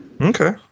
Okay